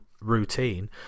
routine